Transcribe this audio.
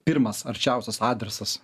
pirmas arčiausias adresas